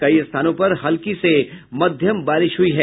कई स्थानों पर हल्की से मध्यम बारिश हयी है